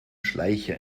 schleicher